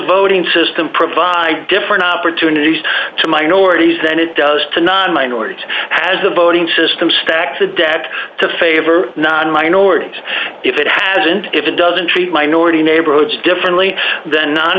voting system provide different opportunities to minorities than it does to non minorities has a voting system stacked adapt to favor non minorities if it hasn't if it doesn't treat minority neighborhoods differently than no